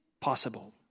possible